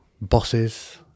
bosses